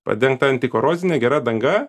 padengta antikorozinė gera danga